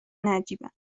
نجیبن